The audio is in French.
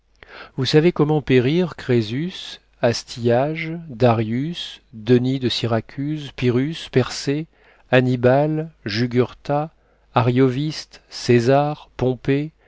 vous savez comment périrent crésus astyage darius denys de syracuse pyrrhus persée annibal jugurtha arioviste césar pompée